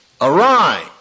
Arise